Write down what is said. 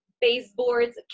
baseboards